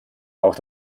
auch